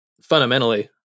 fundamentally